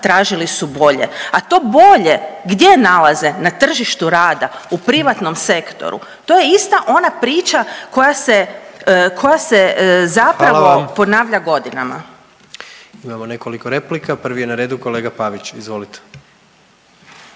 tražili su bolje, a to bolje gdje nalaze? Na tržištu rada? U privatnom sektoru. To je ista ona priča koja se zapravo ponavlja godinama. **Jandroković, Gordan (HDZ)** Hvala vam. Imamo nekoliko replika. Prvi je na redu kolega Pavić, izvolite.